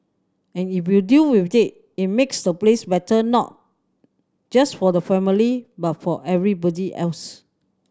and if you deal with it it makes the place better not just for the family but for everybody else